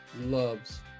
loves